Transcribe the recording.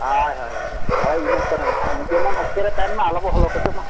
ᱦᱳᱭ ᱦᱳᱭ ᱦᱳᱭ ᱦᱳᱭ ᱤᱱᱟᱹ ᱠᱚᱨᱮ ᱦᱚᱸ ᱱᱚᱰᱮ ᱢᱟ ᱡᱮᱢᱚᱱ ᱚᱠᱮ ᱨᱮ ᱛᱟᱦᱮᱱ ᱢᱟ ᱟᱞᱚᱵᱚᱱ ᱚᱰᱳᱠ ᱦᱚᱪᱚᱭ ᱢᱟ